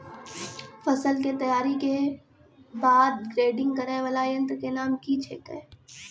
फसल के तैयारी के बाद ग्रेडिंग करै वाला यंत्र के नाम की छेकै?